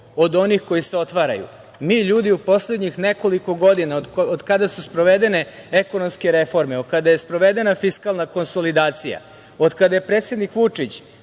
od onih koja se otvaraju. Mi, ljudi, u poslednjih nekoliko godina, od kada su sprovedene ekonomske reforme, od kada je sprovedena fiskalna konsolidacija, od kada je predsednik Vučić